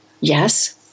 yes